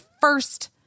first